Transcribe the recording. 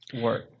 work